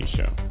Show